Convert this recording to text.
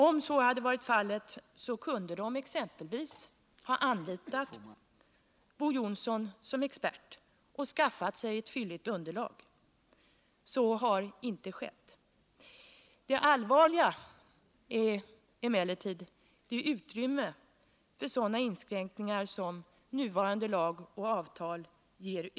Om nämnden hade velat göra det skulle man exempelvis ha kunnat anlita Bo Johnson som expert och skaffat sig ett fylligt underlag. Så har inte skett. Det allvarliga är emellertid det utrymme för sådana inskränkningar som nuvarande lag ger.